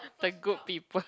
the good people